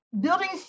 buildings